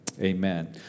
Amen